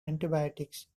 antibiotics